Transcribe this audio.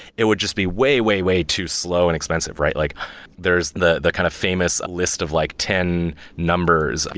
it would just be way, way, way too slow and expensive, right? like there's the the kind of famous a list of like ten numbers.